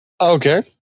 Okay